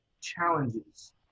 challenges